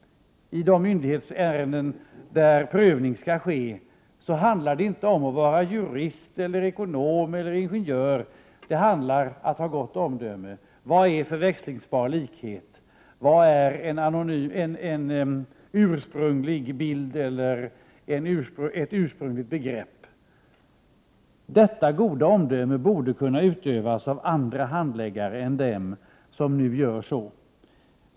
I de myndighetsärenden där prövning skall ske handlar det inte om att vara jurist eller ekonom eller ingenjör, utan det handlar om att ha gott omdöme, att kunna avgöra vad som är förväxlingsbart och vad som är en ursprunglig bild eller ett ursprungligt begrepp. Även andra handläggare än de som nu arbetar där borde kunna ha detta goda omdöme.